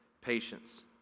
patience